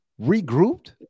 regrouped